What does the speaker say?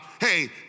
Hey